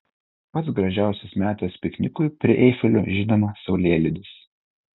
pats gražiausias metas piknikui prie eifelio žinoma saulėlydis